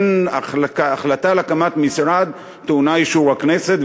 החלטה על הקמת משרד טעונה אישור הכנסת,